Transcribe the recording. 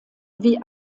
wie